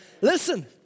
Listen